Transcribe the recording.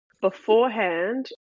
beforehand